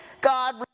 God